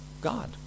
God